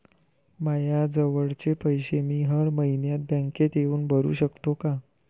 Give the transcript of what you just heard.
मायाजवळचे पैसे मी हर मइन्यात बँकेत येऊन भरू सकतो का?